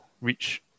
reach